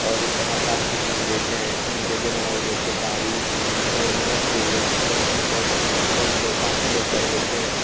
आओर तरह तरहके चीज भी मिलय छै लेकिन जे जेना होइ गेलय केतारी उ नेमो सेब ई सब चीज बहुत अच बहुत लोक काफी लोग चढ़बय छै